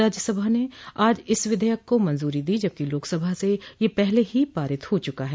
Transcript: राज्यसभा ने आज इस विधेयक को मंजूरी दी जबकि लोकसभा से ये पहले ही पारित हो चुका है